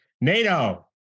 NATO